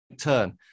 turn